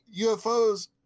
ufos